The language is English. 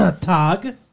Tag